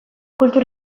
kultur